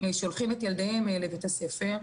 שולחים את ילדיהם לבית הספר,